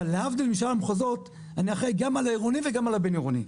אבל להבדיל משאר המחוזות אני אחראי גם על העירוני וגם על הבין עירוני.